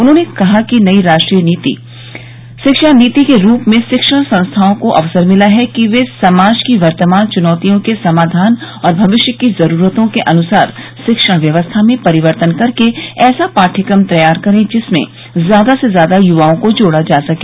उन्होने कहा कि नई राष्ट्रीय शिक्षा नीति के रूप में शिक्षण संस्थाओं को अवसर मिला है कि वे समाज की वर्तमान चनौतियों के समाधान और भविष्य की जरूरतों के अनुसार शिक्षण व्यवस्था में परिवर्तन करके ऐसा पाठ्यक्रम तैयार करें जिसमें ज्यादा से ज्यादा युवाओं को जोड़ा जा सके